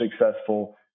successful